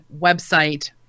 website